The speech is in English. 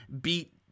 beat